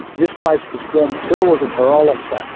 this place was formed, cyril was a parole officer.